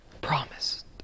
promised